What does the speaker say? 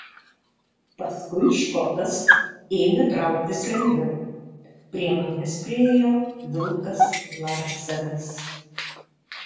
paskui škotas ėmė trauktis lengviau prie manęs priėjo vilkas larsenas